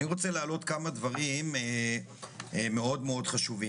אני רוצה להעלות כמה דברים מאוד חשובים.